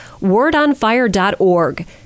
Wordonfire.org